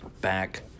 back